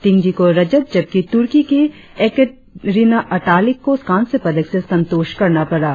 टिंगजी को रजत जबकि तुर्की की एकेटरिना अटालिक को कांस्य पदक से संतोष करना पड़ा